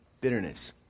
bitterness